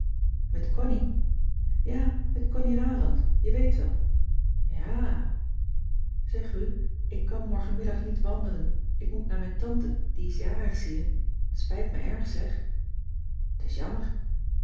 met connie ja met connie ralandt je weet wel jàà zeg ru ik kan morgenmiddag niet wandelen ik moet naar mijn tante die is jarig zie je t spijt me erg zeg t is jammer